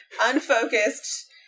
unfocused